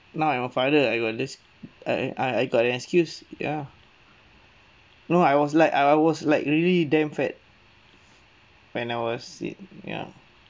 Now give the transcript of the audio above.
now I'm a father I got this uh uh I uh got an excuse ya no I was like I I was like really damn fat when I was in ya